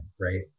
Right